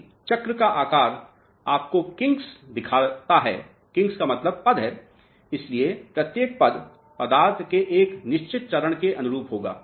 इसलिए यदि चक्र का आकार आपको किंक्स दिखाता है किंक्स का मतलब पद है इसलिए प्रत्येक पद पदार्थ के एक निश्चित चरण के अनुरूप होगा